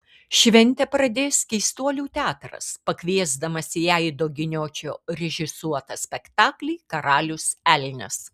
šventę pradės keistuolių teatras pakviesdamas į aido giniočio režisuotą spektaklį karalius elnias